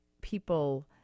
people